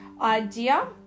idea